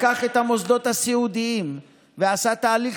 לקח את המוסדות הסיעודיים ועשה תהליך